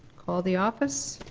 call the office.